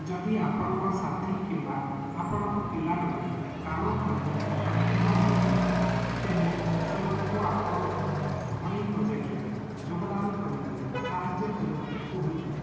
ଯଦି ଆପଣଙ୍କ ସାଥୀ କିମ୍ୱା ଆପଣଙ୍କ ପିଲାମାନେ କାମ କରିବାକୁ ସକ୍ଷମ ହୁଅନ୍ତି ତେବେ ସେମାନଙ୍କୁ ଆପଣଙ୍କ ଘରୋଇ ବଜେଟ୍ରେ ଯୋଗଦାନ କରିବାରେ ସାହାଯ୍ୟ କରିବାକୁ କୁହନ୍ତୁ